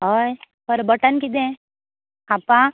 हय करबटान कितें खापां